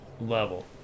level